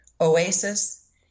OASIS